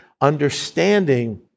understanding